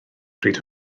pryd